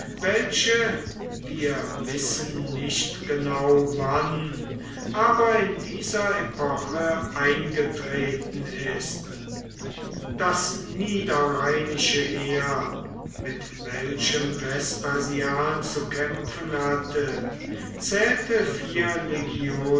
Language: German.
welche wir wissen nicht genau wann aber in dieser epoche eingetreten ist das niederrheinische heer mit welchem vespasian zu kämpfen hatte zählte vier